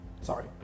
Sorry